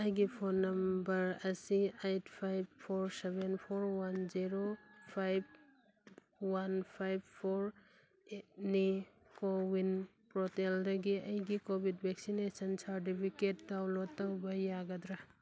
ꯑꯩꯒꯤ phone number ꯑꯁꯤ eight five four seven four one zero five one five four ꯅꯤ CoWIN ꯄꯣꯔꯇꯦꯜꯗꯒꯤ ꯑꯩꯒꯤ ꯀꯣꯕꯤꯠ ꯚꯦꯛꯁꯤꯅꯦꯁꯟ ꯁꯥꯔꯇꯤꯐꯤꯀꯦꯠ ꯗꯥꯎꯟꯂꯣꯠ ꯇꯧꯕ ꯌꯥꯒꯗ꯭ꯔꯥ